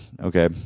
okay